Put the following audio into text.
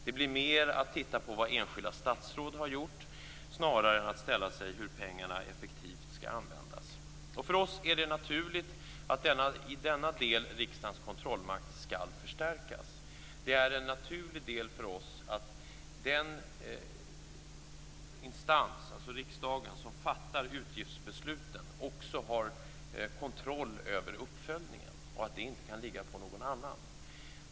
Det blir mer så att man tittar på vad enskilda statsråd har gjort än att man frågar sig hur pengarna effektivt skall användas. För oss är det naturligt att riksdagens kontrollmakt i denna del skall förstärkas. Det är naturligt för oss att den instans, alltså riksdagen, som fattar utgiftsbesluten, också har kontroll över uppföljningen. Det kan inte ligga på någon annan.